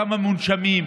כמה מונשמים,